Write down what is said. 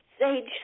Sage